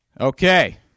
Okay